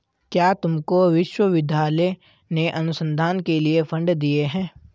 क्या तुमको विश्वविद्यालय ने अनुसंधान के लिए फंड दिए हैं?